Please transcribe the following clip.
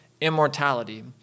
immortality